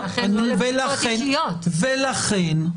נכון --- ולכן,